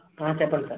ఆ చెప్పండి సార్